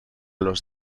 los